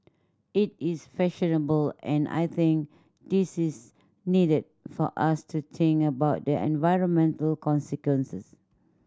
it is fashionable and I think this is needed for us to think about the environmental consequences